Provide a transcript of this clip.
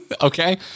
Okay